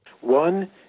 One